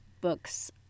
books